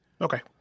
Okay